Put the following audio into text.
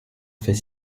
fait